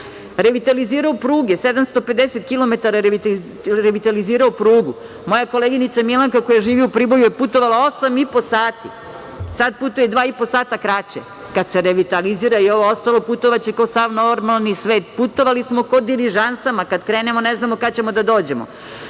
Revitalizirao pruge, 750 kilometara je revitalizirao prugu. Moja koleginica Milanka koja živi u Priboju je putovala osam i po sati, a sada putuje dva i po sata kraće. Kada se revitalizira i ovo ostalo, putovaće kao sav normalni svet. Putovali smo ko diližansama, kad krenemo ne znamo kad ćemo da dođemo. Gradimo